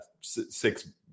six